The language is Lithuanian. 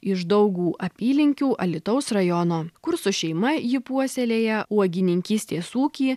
iš daugų apylinkių alytaus rajono kur su šeima ji puoselėja uogininkystės ūkį